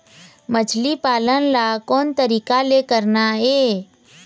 मछली पालन ला कोन तरीका ले करना ये?